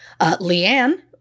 Leanne